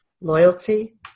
loyalty